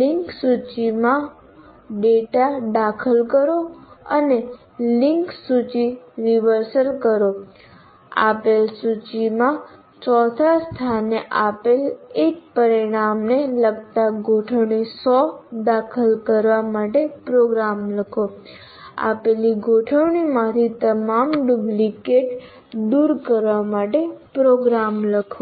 link સૂચિમાં data તે વસ્તુઓ દાખલ કરો અને લિંક સૂચિ રિવર્સલ કરો આપેલ સૂચિમાં ચોથા સ્થાને આપેલ એક પરિમાણને લગતા ગોઠવણી 100 દાખલ કરવા માટે પ્રોગ્રામ લખો આપેલ ગોઠવણી માંથી તમામ ડુપ્લિકેટ્સ દૂર કરવા માટે પ્રોગ્રામ લખો